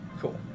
Cool